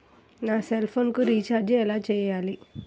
నా సెల్ఫోన్కు రీచార్జ్ ఎలా చేయాలి?